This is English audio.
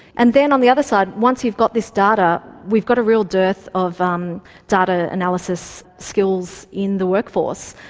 and then on the other side, once you've got this data, we've got a real dearth of um data analysis skills in the workforce.